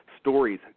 stories